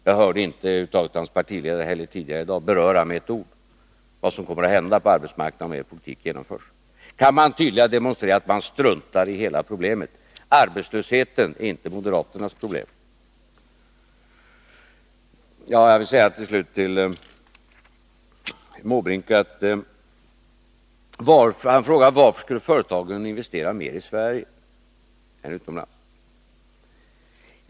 Jag hörde inte heller att hans partiledare tidigare i dag över huvud taget med ett ord berörde vad som kommer att hända på arbetsmarknaden om er politik genomförs. Kan man tydligare demonstrera att man struntar i hela problematiken? Arbetslösheten är inte moderaternas problem. Jag vill till slut säga några ord till herr Måbrink, som frågar: Varför skulle företagen investera mer i Sverige än utomlands?